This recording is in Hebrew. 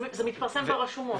זה מתפרסם ברשומות.